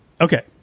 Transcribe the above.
Okay